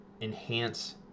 enhance